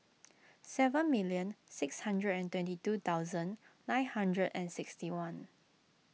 seven million six hundred and twenty thousand two nine hundred and sixty one